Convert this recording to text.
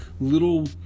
little